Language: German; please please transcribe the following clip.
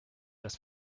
dass